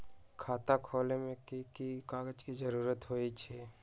खाता खोले में कि की कागज के जरूरी होई छइ?